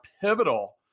pivotal